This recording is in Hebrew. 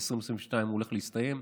ב-2022 הוא הולך להסתיים.